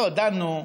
לא, דנו.